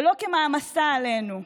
ולא כמעמסה עלינו.